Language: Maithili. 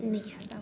नहि हैत आब